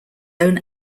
own